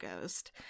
Ghost